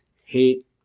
hate